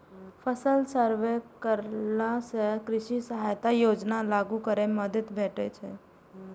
फसल सर्वे करेला सं कृषि सहायता योजना लागू करै मे मदति भेटैत छैक